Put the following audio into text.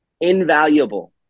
invaluable